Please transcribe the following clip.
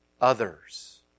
others